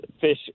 fish